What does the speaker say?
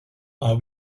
are